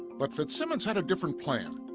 but fritzsimmons had a different plan.